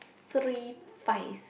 three five